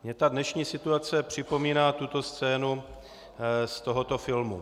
Mně ta dnešní situace připomíná tuto scénu z tohoto filmu.